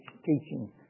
teaching